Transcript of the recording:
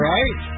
Right